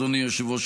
אדוני היושב-ראש,